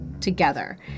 together